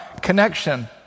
connection